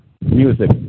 music